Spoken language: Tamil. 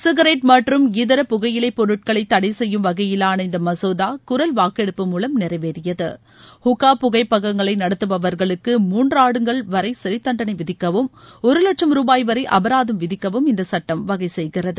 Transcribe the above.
சிக்ரெட் மற்றும் இதர புகையிலைப்பொருட்களை தடை செய்யும் வகையிலான இந்த மசோதா குரல் வாக்கெடுப்பு மூவம் நிறைவேறியது வுண்கா புகைப்பகங்களை நடத்துபவர்களுக்கு மூன்றாண்டுகள் வரை சிறைத்தண்டனை விதிக்கவும் ஒரு லட்சம் ரூபாய் வரை அபராதம் விதிக்கவும் இந்தச்சட்டம் வகை செய்கிறது